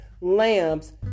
lamps